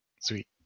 Sweet